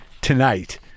tonight